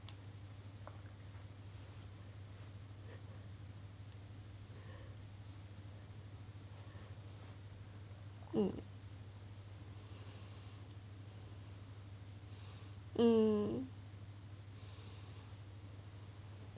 mm mm